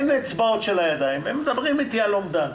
הם מדברים איתי על אומדן.